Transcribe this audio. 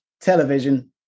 television